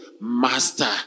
master